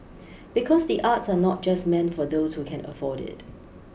because the arts are not just meant for those who can afford it